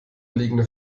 liegende